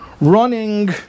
running